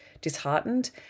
disheartened